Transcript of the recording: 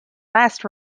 last